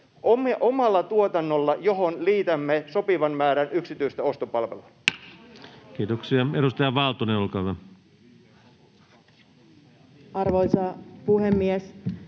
omalla tuotannolla, johon liitämme sopivan määrän yksityistä ostopalvelua. Kiitoksia. — Edustaja Valtonen, olkaa hyvä. Arvoisa puhemies!